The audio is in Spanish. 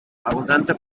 abundante